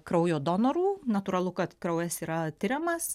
kraujo donorų natūralu kad kraujas yra tiriamas